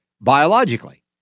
biologically